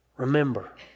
remember